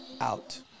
out